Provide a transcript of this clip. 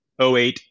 08